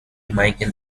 michael